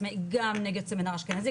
העצמאי גם נגד הסמינר האשכנזי,